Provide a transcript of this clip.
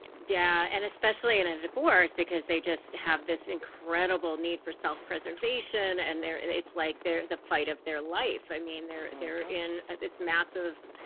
yeah. and especially in a divorce because they just have this incredible need for self preservation. and it's like they're the fight of their life. i mean they're in they're in this massive